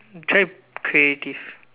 try creative